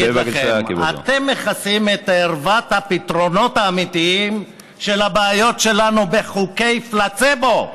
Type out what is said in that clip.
אתם מכסים את ערוות הפתרונות האמיתיים של הבעיות שלנו בחוקי פלצבו.